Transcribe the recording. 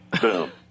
boom